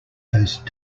first